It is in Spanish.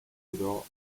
duró